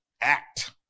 act